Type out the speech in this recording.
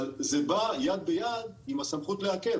אבל זה בא יד ביד עם הסמכות לעכב.